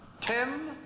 Tim